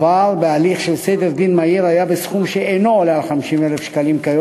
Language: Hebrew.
בהליך של סדר דין מהיר לא עלה על 50,000 שקלים,